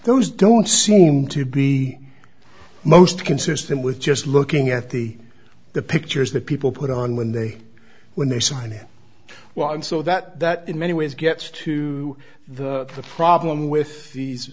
those don't seem to be most consistent with just looking at the the pictures that people put on when they when they sign it well and so that that in many ways gets to the the problem with these